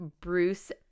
Bruce